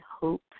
hope